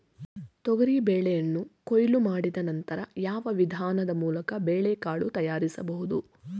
ತೊಗರಿ ಬೇಳೆಯನ್ನು ಕೊಯ್ಲು ಮಾಡಿದ ನಂತರ ಯಾವ ವಿಧಾನದ ಮೂಲಕ ಬೇಳೆಕಾಳು ತಯಾರಿಸಬಹುದು?